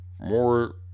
more